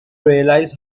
realized